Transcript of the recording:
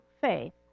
faith